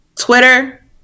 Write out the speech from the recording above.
Twitter